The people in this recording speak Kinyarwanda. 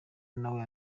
nawe